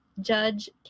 Judge